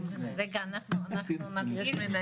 אנחנו נתחיל,